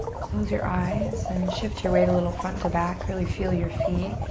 close your eyes and shift your weight a little front to back. really feel your feet